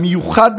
במיוחד,